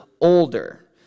older